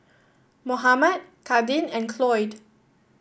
Mohammad Kadin and Cloyd